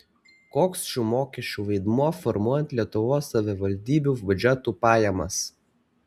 koks šių mokesčių vaidmuo formuojant lietuvos savivaldybių biudžetų pajamas